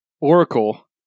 oracle